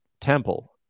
temple